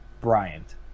Bryant